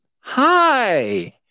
Hi